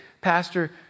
Pastor